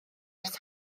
ers